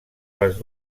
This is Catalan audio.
les